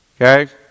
Okay